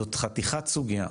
זאת חתיכת סוגייה.